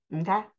Okay